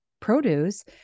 produce